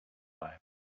nearby